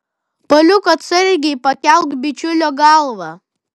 paliuk atsargiai pakelk bičiulio galvą